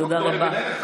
תודה רבה.